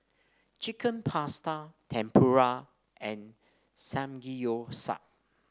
Chicken Pasta Tempura and Samgeyopsal